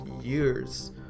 years